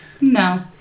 No